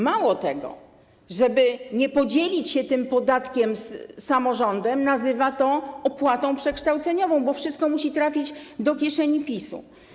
Mało tego, żeby nie podzielić się tym podatkiem z samorządem, nazywa to opłatą przekształceniową, bo wszystko musi trafić do kieszeni PiS-u.